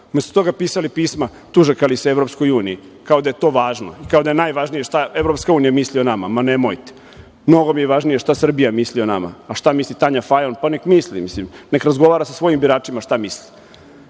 Umesto toga su pisali pisma, tužakali se EU, kao da je to važno i kao da je najvažnije šta EU misli o nama. Ma nemojte. Mnogo mi je važnije šta Srbija misli o nama, a šta misli Tanja Fajon, pa neka misli, neka razgovara sa svojim biračima šta misli. Ko